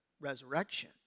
resurrection